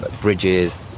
bridges